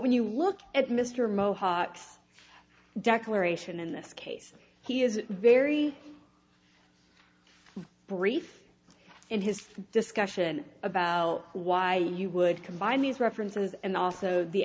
when you look at mr mohawks declaration in this case he is very brief in his discussion about why you would combine these references and also the